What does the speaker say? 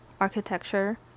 architecture